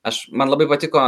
aš man labai patiko